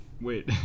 wait